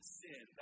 sin